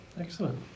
Excellent